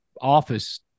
office